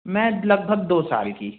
मैं लगभग दो साल की